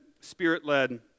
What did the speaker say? spirit-led